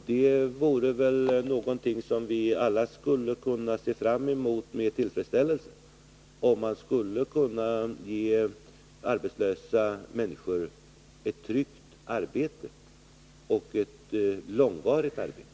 Det är väl någonting som vi alla skulle kunna se fram emot med tillfredställelse att man skulle kunna ge arbetslösa människor ett tryggt och långvarigt arbete.